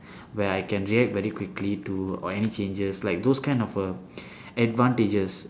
where I can react very quickly to or any changes like those kind of a advantages